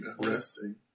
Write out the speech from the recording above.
Resting